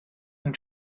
and